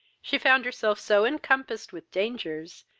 she found herself so encompassed with dangers,